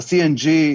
ה-CNG,